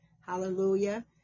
hallelujah